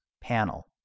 panel